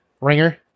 ringer